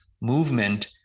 movement